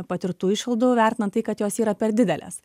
patirtų išlaidų vertinant tai kad jos yra per didelės